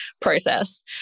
process